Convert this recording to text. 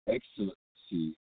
Excellency